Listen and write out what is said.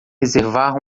reservar